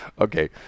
Okay